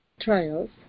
trials